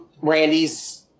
Randy's